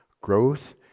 Growth